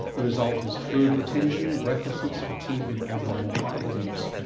the result is fluid retention, breathlessness, fatigue and abnormal heart rhythms.